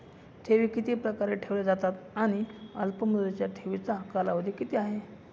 ठेवी किती प्रकारे ठेवल्या जातात आणि अल्पमुदतीच्या ठेवीचा कालावधी किती आहे?